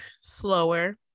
slower